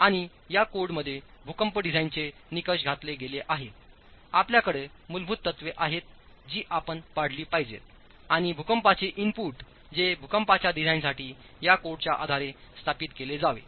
आणि या कोडमध्ये भूकंप डिझाइनचे निकष घातले गेले आहेत आपल्याकडे मूलभूत तत्त्वे आहेत जी आपण पाळली पाहिजेत आणिभूकंपाचे इनपुट जे भूकंपाच्या डिझाइनसाठी या कोडच्या आधारे स्थापित केले जावे